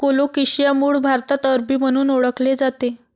colocasia मूळ भारतात अरबी म्हणून ओळखले जाते